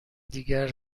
دیگر